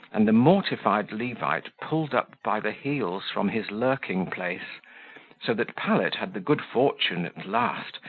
and the mortified levite pulled up by the heels from his lurking-place so that pallet had the good fortune, at last,